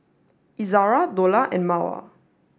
Izara Dollah and Mawar